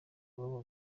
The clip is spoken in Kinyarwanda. babo